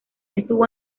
estuvo